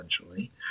essentially